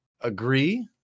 agree